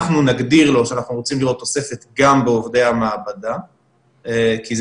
אנחנו נגדיר לו שאנחנו רוצים לראות תוספת גם בעובדי המעבדה כי זה